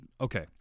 okay